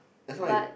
that's why